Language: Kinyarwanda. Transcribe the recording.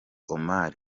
omar